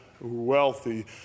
wealthy